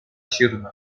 ҫырнӑ